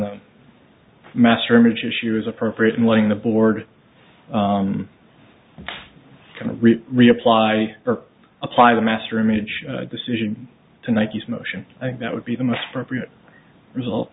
the master image issue is appropriate and letting the board kind of reapply apply the master image decision to nike's motion i think that would be the most appropriate result